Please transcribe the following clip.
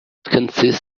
consists